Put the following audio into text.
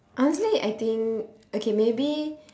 honestly I think okay maybe